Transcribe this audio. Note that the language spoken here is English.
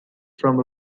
from